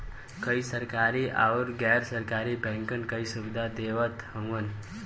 कई सरकरी आउर गैर सरकारी बैंकन कई सुविधा देवत हउवन